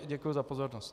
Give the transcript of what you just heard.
Děkuji za pozornost.